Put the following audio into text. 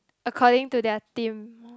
according to their theme